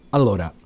Allora